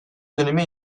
dönemi